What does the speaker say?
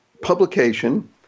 publication